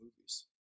movies